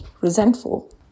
resentful